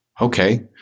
Okay